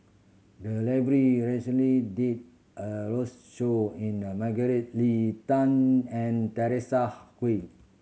the library recently did a road's show in a Margaret Leng Tan and Teresa